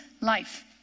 life